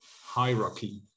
hierarchy